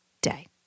day